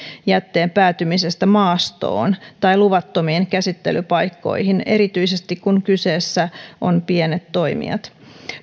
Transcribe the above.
jätteen päätymisestä maastoon tai luvattomiin käsittelypaikkoihin erityisesti kun kyseessä ovat pienet toimijat